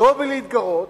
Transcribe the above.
בלי להתגרות,